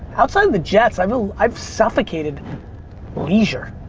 outside of the jets, i mean i've suffocated leisure.